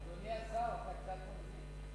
אדוני השר, אתה קצת מגזים.